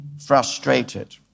frustrated